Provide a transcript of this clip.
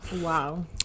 Wow